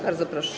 Bardzo proszę.